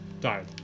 died